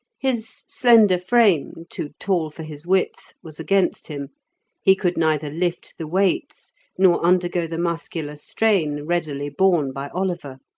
his slender frame, too tall for his width, was against him he could neither lift the weights nor undergo the muscular strain readily borne by oliver.